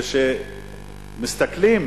וכשמסתכלים